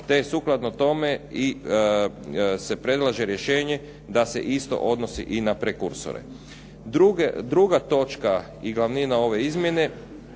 te sukladno tome se predlaže rješenje da se isto odnosi i ne prekursore. Druga točka i glavnina ove izmjene